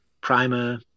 primer